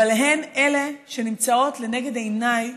אבל הן שנמצאות לנגד עיניי